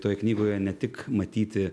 toj knygoje ne tik matyti